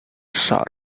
sort